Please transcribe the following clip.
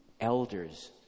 elders